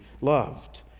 loved